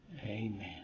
Amen